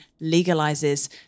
legalizes